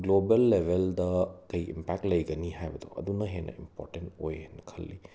global ꯂꯦꯚꯦꯜꯗ ꯀꯩ impact ꯂꯩꯒꯅꯤ ꯍꯥꯏꯕꯗꯣ ꯑꯗꯨꯅ ꯍꯦꯟꯅ ꯏꯝꯄꯣꯔꯇꯦꯟ ꯑꯣꯏ ꯑꯅ ꯈꯜꯂꯤ